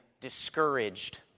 discouraged